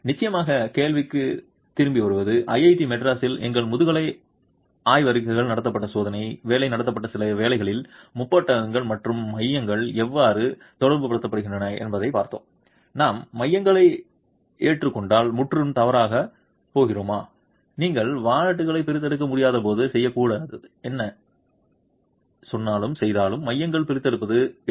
நிச்சயமாக கேள்விக்கு திரும்பி வருவது ஐஐடி மெட்ராஸில் எங்கள் முதுகலை ஆய்வறிக்கைக்குள் நடத்தப்பட்ட சோதனை வேலை நடத்தப்பட்ட சில வேலைகளில் முப்பட்டகங்கள் மற்றும் மையங்கள் எவ்வாறு தொடர்புபடுத்துகின்றன என்பதைப் பார்த்தோம் நாம் மையங்களை ஏற்றுக்கொண்டால் முற்றிலும் தவறாகப் போகிறோமா நீங்கள் வாலெட்டுகளைப் பிரித்தெடுக்க முடியாதபோது செய்யக்கூடாது என்ன சொன்னாலும் செய்தாலும் மையங்களைப் பிரித்தெடுப்பது எளிது